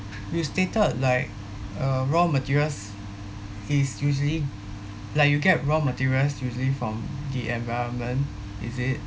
you stated like uh raw materials is usually like you get raw materials usually from the environment is it